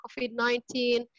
COVID-19